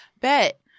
bet